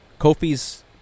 Kofi's